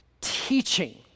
teaching